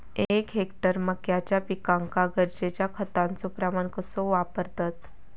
एक हेक्टर मक्याच्या पिकांका गरजेच्या खतांचो प्रमाण कसो वापरतत?